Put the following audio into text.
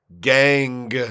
Gang